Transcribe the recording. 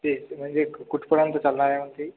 ते म्हणजे कुठपर्यंत चालणार आहे मग ते